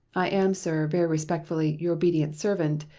i am, sir, very respectfully, your obedient servant,